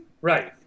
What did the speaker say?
Right